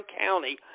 County